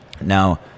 Now